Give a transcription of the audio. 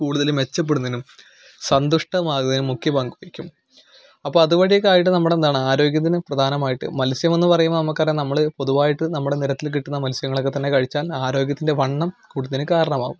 കൂടുതൽ മെച്ചപ്പെടുന്നതിനും സന്തുഷ്ടമാകുന്നതിനും മുഖ്യ പങ്ക് വഹിക്കും അപ്പം അത് വഴിയൊക്കെ ആയിട്ട് നമ്മുടെ എന്താണ് ആരോഗ്യത്തിന് പ്രധാനമായിട്ട് മത്സ്യമെന്ന് പറയുമ്പോൾ നമുക്ക് അറിയാം നമ്മൾ പൊതുവായിട്ട് നമ്മുടെ നിരത്തിൽ കിട്ടുന്ന മത്സ്യങ്ങൾ ഒക്കെ തന്നെ കഴിച്ചാൽ ആരോഗ്യത്തിൻ്റെ വണ്ണം കൂട്ടുന്നതിന് കാരണമാവും